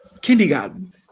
kindergarten